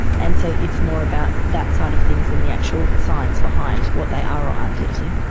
and so it's more about that side of things than the actual science behind what they are or aren't eating.